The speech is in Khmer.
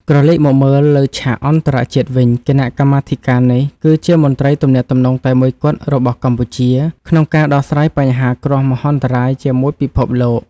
ក្រឡេកមកមើលលើឆាកអន្តរជាតិវិញ គណៈកម្មាធិការនេះគឺជាមន្ត្រីទំនាក់ទំនងតែមួយគត់របស់កម្ពុជា ក្នុងការដោះស្រាយបញ្ហាគ្រោះមហន្តរាយជាមួយពិភពលោក។